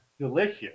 delicious